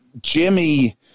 Jimmy –